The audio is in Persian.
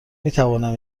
میتوانم